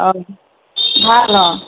অঁ ভাল অঁ